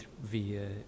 via